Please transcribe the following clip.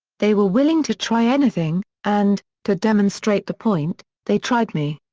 they were willing to try anything, and, to demonstrate the point, they tried me.